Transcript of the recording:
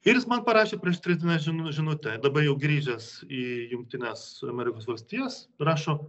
ir jis man parašė prieš tris dienas žinu žinutę dabar jau grįžęs į jungtines amerikos valstijas rašo